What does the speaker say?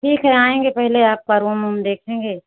ठीक है आएंगे पहले आपका रूम ऊम देखेंगे